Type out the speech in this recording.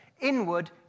inward